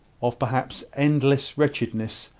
of perhaps endless wretchedness,